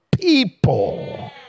people